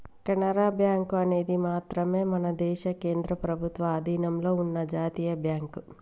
Canara bank అనేది మాత్రమే మన దేశ కేంద్ర ప్రభుత్వ అధీనంలో ఉన్న జాతీయ బ్యాంక్